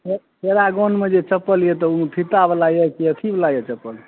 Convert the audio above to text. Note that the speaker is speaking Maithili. पेरागौन मे जे चप्पल यऽ तऽ ओ फ़ीतावला यऽ की अथीवला यऽ चप्पल